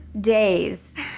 days